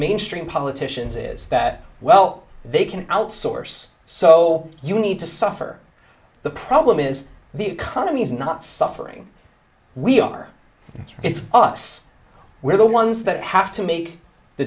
mainstream politicians is that well they can outsource so you need to suffer the problem is the economy is not suffering we are it's us we're the ones that have to make the